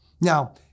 Now